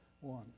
One